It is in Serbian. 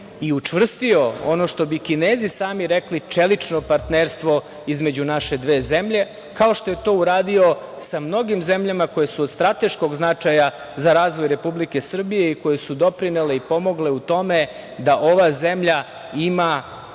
i učvrstio ono što bi Kinezi sami rekli – čelično partnerstvo između naše dve zemlje, kao što je to uradio sa mnogim zemljama koje su od strateškog značaja za razvoj Republike Srbije i koje su doprinele i pomogle u tome da ova zemlja ima